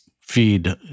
feed